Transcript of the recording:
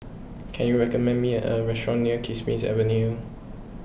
can you recommend me a restaurant near Kismis Avenue